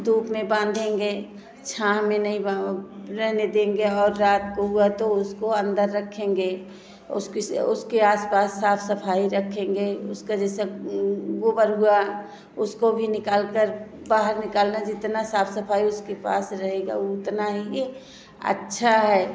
धूप में बांधेंगे छाऊं मे नहीं रहने देंगे और रात को उसको हुआ तो अंदर रखेंगे उसके आस पास साफ़ सफ़ाई रखेंगे उसका जैसे गोबर हुआ उसको भी निकाल कर बाहर निकालना जितना साफ़ सफ़ाई उसके पास रहेगाी उतना ही अच्छा है